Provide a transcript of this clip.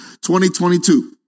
2022